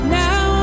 now